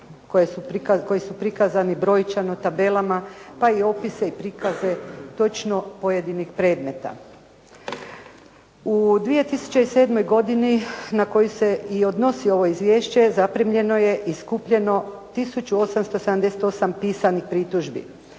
koji su prikazani brojčano, tabelama pa i opise i prikaze točno pojedinih predmeta. U 2007. godini na koju se i odnosi ovo izvješće zaprimljeno je i skupljeno tisuću 878 pisanih pritužbi.